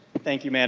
thank you mme. and